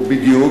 בדיוק.